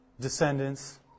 descendants